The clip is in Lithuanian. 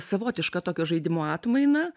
savotišką tokio žaidimo atmainą